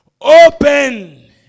open